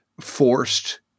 forced